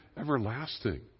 everlasting